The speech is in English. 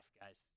guys